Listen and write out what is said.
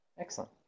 Excellent